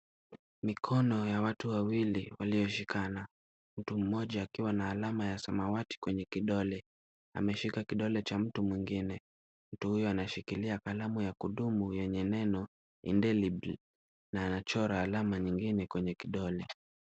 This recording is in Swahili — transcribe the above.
Mikono ya watu wawili walioshikana. Mtu mmoja akiwa na alama ya samawati kwenye kidole, ameshika kidole cha mtu mwingine. Mtu huyu anashikilia kalamu ya kudumu yenye nembo ya indelible na anachora alama nyingine kwenye kidole.